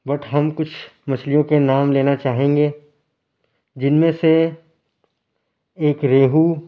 but ہم کچھ مچھلیوں کے نام لینا چاہیں گے جن میں سے ایک ریہو